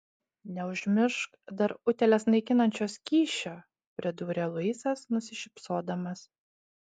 neužmiršk dar utėles naikinančio skysčio pridūrė luisas nusišypsodamas